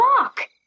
walk